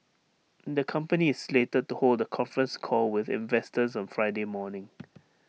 the company is slated to hold A conference call with investors on Friday morning